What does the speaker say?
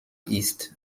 ist